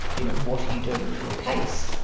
you know what are you doing with your case?